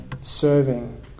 serving